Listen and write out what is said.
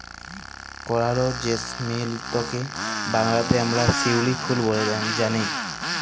করাল জেসমিলটকে বাংলাতে আমরা শিউলি ফুল ব্যলে জানি